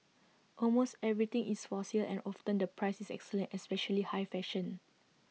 almost everything is for sale and often the price is excellent especially high fashion